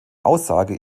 aussage